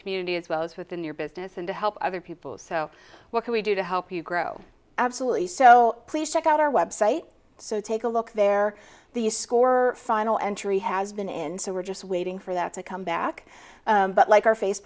community as well as within your business and to help other people so what can we do to help you grow absolutely so please check out our website so take a look there the score final entry has been in so we're just waiting for that to come back but like our